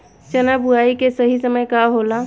चना बुआई के सही समय का होला?